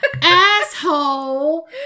Asshole